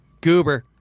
Goober